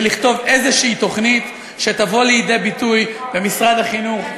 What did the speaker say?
לכתוב איזו תוכנית שתבוא לידי ביטוי במשרד החינוך,